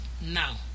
now